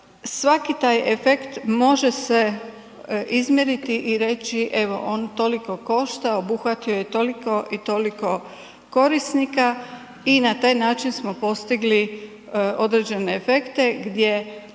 svaki taj efekt može se izmjeriti i reći evo on toliko košta, obuhvatio je toliko i toliko korisnika i na taj način smo postigli određene efekte gdje